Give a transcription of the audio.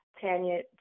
Tanya